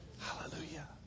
Hallelujah